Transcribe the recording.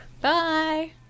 Bye